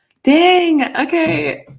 dang, okay!